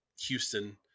Houston